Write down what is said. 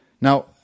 Now